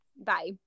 Bye